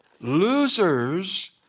Losers